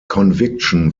conviction